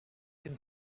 can